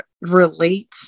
relate